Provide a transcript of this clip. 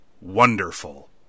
wonderful